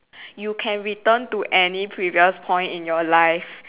you can return to any previous point in your life